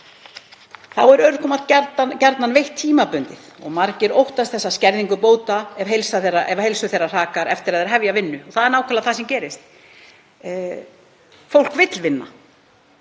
Þá er örorkumat gjarnan veitt tímabundið og margir óttast skerðingu bóta ef heilsu þeirra hrakar eftir að þeir hefja vinnu. Og það er nákvæmlega það sem gerist. Fólk vill vinna,